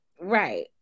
Right